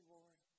Lord